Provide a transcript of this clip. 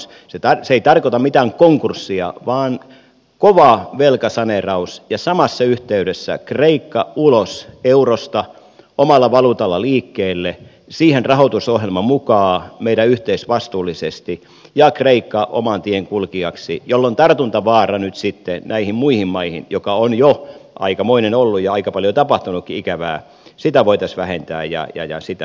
se ei tarkoita mitään konkurssia vaan kovaa velkasaneerausta ja samassa yhteydessä kreikka ulos eurosta omalla valuutalla liikkeelle siihen rahoitusohjelma mukaan yhteisvastuullisesti ja kreikka oman tien kulkijaksi jolloin tartuntavaaraa näihin muihin maihin joka on jo aikamoinen ollut ja aika paljon on tapahtunutkin ikävää voitaisiin vähentää ja sitä minimoida